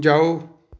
ਜਾਓ